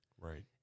Right